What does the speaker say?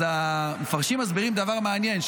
אז המפרשים מסבירים דבר מעניין,